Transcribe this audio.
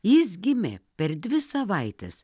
jis gimė per dvi savaites